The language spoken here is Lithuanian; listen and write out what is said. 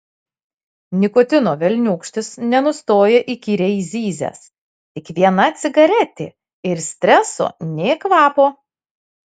nikotino velniūkštis nenustoja įkyriai zyzęs tik viena cigaretė ir streso nė kvapo